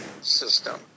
system